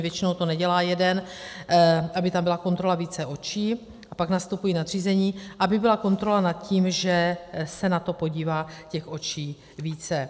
Většinou to nedělá jeden, jde o to, aby tam byla kontrola více očí, a pak nastupují nadřízení, aby byla kontrola nad tím, že se na to podívá těch očí více.